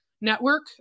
network